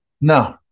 No